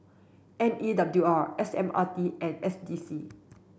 M E W R S M R T and S D C